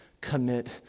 commit